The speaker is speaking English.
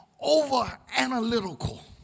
over-analytical